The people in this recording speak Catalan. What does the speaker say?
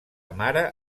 mare